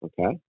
Okay